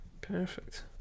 Perfect